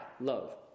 love